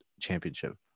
championship